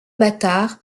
bâtard